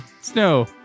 Snow